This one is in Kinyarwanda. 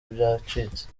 byacitse